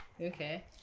Okay